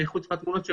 חוץ מהתמונות שראינו,